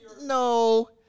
No